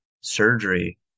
surgery